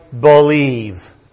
believe